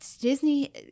Disney